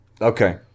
Okay